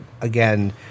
again